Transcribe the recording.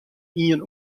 ien